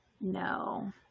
No